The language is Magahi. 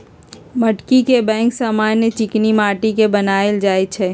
माटीके बैंक समान्य चीकनि माटि के बनायल जाइ छइ